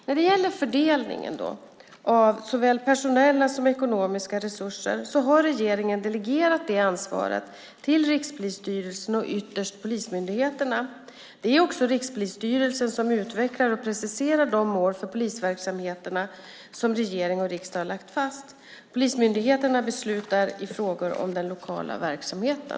När det gäller fördelningen av såväl personella som ekonomiska resurser har regeringen delegerat det ansvaret till Rikspolisstyrelsen och ytterst till polismyndigheterna. Det är också Rikspolisstyrelsen som utvecklar och preciserar de mål för polisverksamheten som regering och riksdag har lagt fast. Polismyndigheterna beslutar i frågor om den lokala verksamheten.